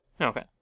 Okay